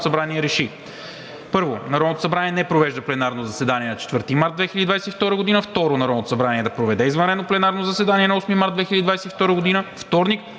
събрание РЕШИ: 1. Народното събрание не провежда пленарно заседание на 4 март 2022 г. 2. Народното събрание да проведе извънредно пленарно заседание на 8 март 2022 г., вторник,